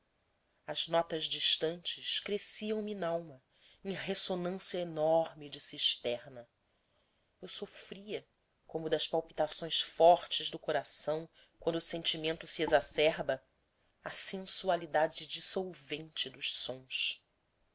as notas distantes cresciam me nalma em ressonância enorme de cisterna eu sofria como das palpitações fortes do coração quando o sentimento exacerba se a sensualidade dissolvente dos sons